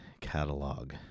catalog